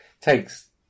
Takes